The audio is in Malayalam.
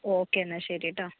ഓക്കേ എന്നാൽ ശരിട്ടോ